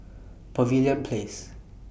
Pavilion Place